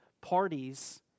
parties